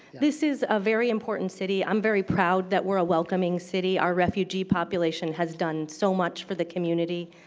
this is a very important city. i'm very proud that we're a welcoming city. our refugee population has done so much for the community.